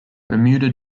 bermuda